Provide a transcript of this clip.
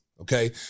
okay